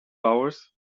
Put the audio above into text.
hours